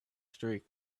streak